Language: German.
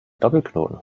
doppelknoten